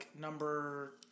number